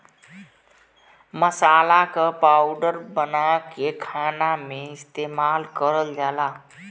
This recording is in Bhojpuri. मसाला क पाउडर बनाके खाना में इस्तेमाल करल जाला